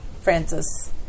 Francis